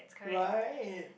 right